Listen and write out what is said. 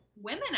women